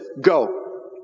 go